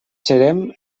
serem